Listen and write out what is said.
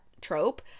trope